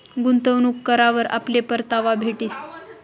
गुंतवणूक करावर आपले परतावा भेटीस